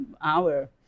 hour